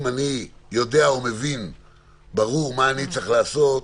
אם אני יודע ומבין מה אני צריך לעשות,